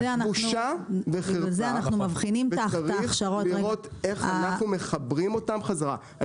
בושה וחרפה וצריך לראות איך אנחנו מחברים אותם חזרה.